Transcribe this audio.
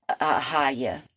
Ahaya